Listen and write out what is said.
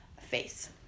face